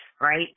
right